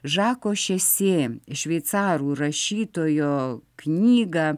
žako šesė šveicarų rašytojo knygą